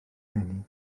eni